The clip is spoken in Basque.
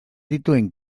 dituen